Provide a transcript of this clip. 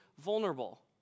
vulnerable